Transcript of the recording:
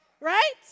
Right